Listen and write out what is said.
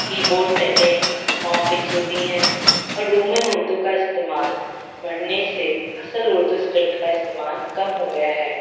کی board settings complex ہوتی ہیں اور رومن اردو کا استعمال بڑھنے سے اصل اردو اسکرپٹ کا استعمال کم ہو گیا ہے